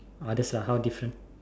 just a how different